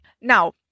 Now